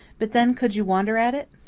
but then, could you wonder at it?